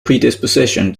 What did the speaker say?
predisposition